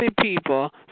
people